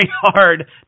hard